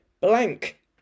blank